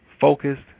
focused